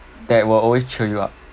that will always cheer you up